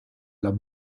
los